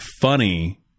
funny